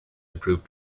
improve